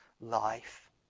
life